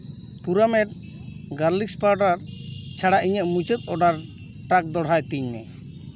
Puramate garlic powder ᱪᱷᱟᱲᱟ ᱤᱧᱟᱹᱜ ᱢᱩᱪᱟᱹᱫ ᱚᱰᱟᱨ ᱴᱟᱜᱽ ᱫᱚᱲᱦᱟᱭ ᱛᱤᱧᱢᱮ